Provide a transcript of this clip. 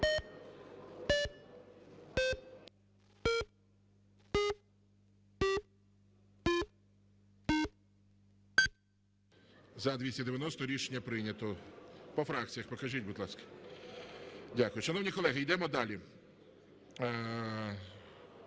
За-290 Рішення прийнято. По фракціях покажіть, будь ласка. Дякую. Шановні колеги, йдемо далі.